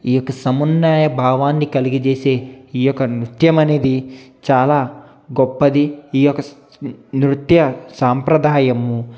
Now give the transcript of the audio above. ఈ యొక్క సమన్వయ భావాన్నిఈ యొక్క నృత్యం అనేది చాలా గొప్పది ఈ యొక్క నృత్య సాంప్రదాయము